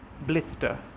blister